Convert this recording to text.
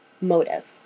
motive